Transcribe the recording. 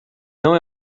não